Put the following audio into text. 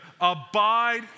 Abide